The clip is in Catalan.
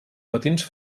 matins